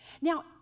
Now